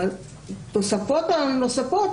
התוספות הנוספות,